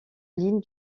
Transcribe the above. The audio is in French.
ligne